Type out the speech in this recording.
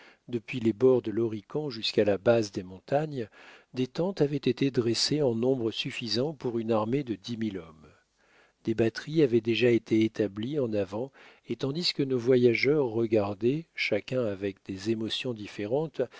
depuis les bords de l'horican jusqu'à la base des montagnes des tentes avaient été dressées en nombre suffisant pour une armée de dix mille hommes des batteries avaient déjà été établies en avant et tandis que nos voyageurs regardaient chacun avec des émotions différentes